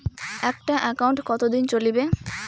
একটা একাউন্ট কতদিন চলিবে?